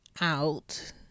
out